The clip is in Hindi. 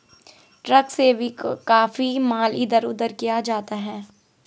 ट्रक से भी काफी माल इधर उधर किया जाता है